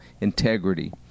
integrity